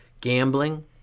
gambling